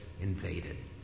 invaded